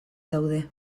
daude